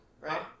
right